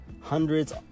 hundreds